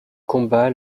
combat